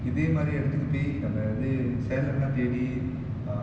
இதேமாரி எடத்துக்கு போய் என்னது:ithemaari edathuku poai ennathu salad lah தேடி:thedi uh